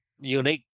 unique